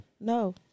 No